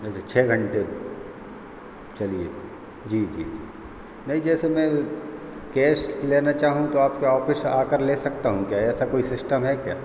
अच्छा छः घंटे चलिए जी जी जी नहीं जैसे मैं कैश लेना चाहूँ तो आपके ऑफ़िश आकर ले सकता हूँ क्या ऐसा कोई सिस्टम है क्या